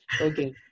Okay